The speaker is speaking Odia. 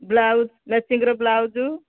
ବ୍ଲାଉଜ୍ ମ୍ୟାଚିଂର ବ୍ଲାଉଜ୍